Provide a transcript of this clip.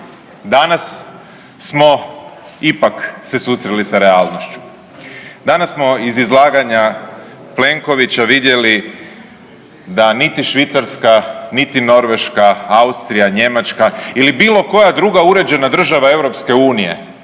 Danas smo ipak se susreli sa realnošću, danas smo iz izlaganja Plenkovića vidjeli da niti Švicarska, niti Norveška, Austrija, Njemačka ili bilo koja druga uređena država EU